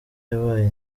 yabaye